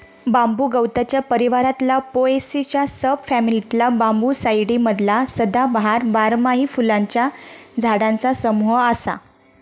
बांबू गवताच्या परिवारातला पोएसीच्या सब फॅमिलीतला बांबूसाईडी मधला सदाबहार, बारमाही फुलांच्या झाडांचा समूह असा